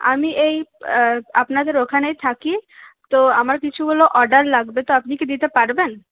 আমি এই আপনাদের ওখানেই থাকি তো আমার কিছুগুলো অর্ডার লাগবে তো আপনি কি দিতে পারবেন